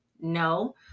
No